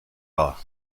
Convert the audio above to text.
war